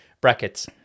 brackets